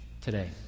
today